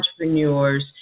entrepreneurs